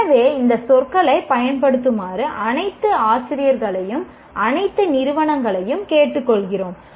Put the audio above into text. எனவே இந்த சொற்களைப் பயன்படுத்துமாறு அனைத்து ஆசிரியர்களையும் அனைத்து நிறுவனங்களையும் கேட்டுக்கொள்கிறோம்